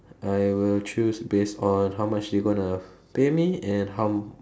I will choose based on how much they going to pay me and how